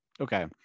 okay